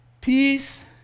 Peace